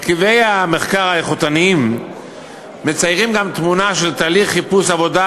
מרכיבי המחקר האיכותניים מציירים גם תמונה של תהליך של חיפוש עבודה